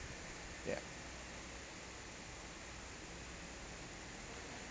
ya